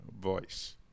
voice